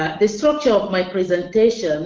the subject of my presentation